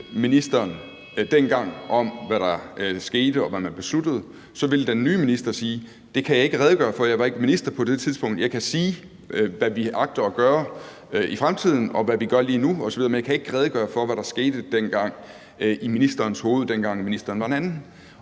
om, hvad der skete, og hvad man besluttede, så vil den nye minister sige: Det kan jeg ikke redegøre for, jeg var ikke minister på det tidspunkt; jeg kan sige, hvad vi gør lige nu, og hvad vi agter at gøre i fremtiden osv., men jeg kan ikke redegøre for, hvad der skete i ministerens hoved, dengang ministeren var en anden.